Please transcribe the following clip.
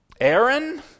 Aaron